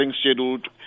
scheduled